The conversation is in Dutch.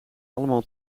allemaal